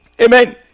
amen